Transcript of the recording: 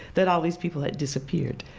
that all these people had disappeared.